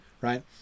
right